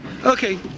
Okay